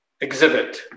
exhibit